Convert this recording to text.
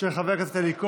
של חבר הכנסת אלי כהן.